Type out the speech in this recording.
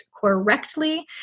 correctly